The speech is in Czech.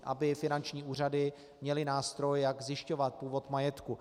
Aby finanční úřady měly nástroj, jak zjišťovat původ majetku.